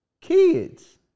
kids